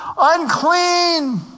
unclean